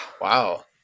Wow